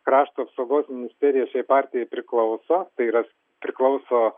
krašto apsaugos ministerija šiai partijai priklauso tai yra priklauso